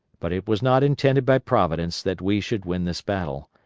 but it was not intended by providence that we should win this battle,